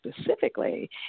specifically